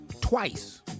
twice